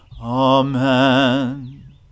Amen